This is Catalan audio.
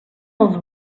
els